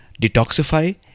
detoxify